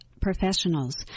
professionals